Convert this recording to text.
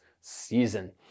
season